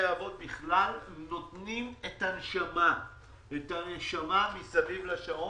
האבות בכלל נותנים את הנשמה מסביב לשעון.